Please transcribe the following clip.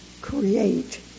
create